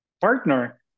partner